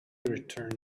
returned